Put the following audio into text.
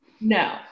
no